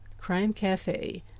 CRIMECAFE